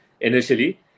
initially